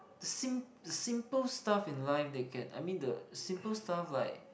sim~ simple stuff in life they can I mean the simple stuff like